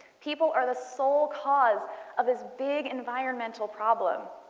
people are the sole cause of this big environmental problem.